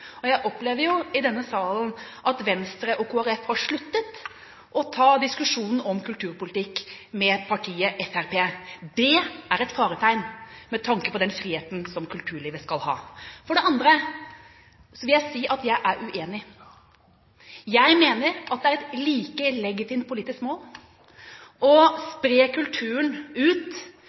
Jeg opplever i denne salen at Venstre og Kristelig Folkeparti har sluttet å ta diskusjonen om kulturpolitikk med partiet Fremskrittspartiet. Det er et faretegn, med tanke på den friheten kulturlivet skal ha. For det andre vil jeg si at jeg er uenig. Jeg mener det er et like legitimt politisk mål å spre kulturen ut